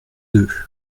deux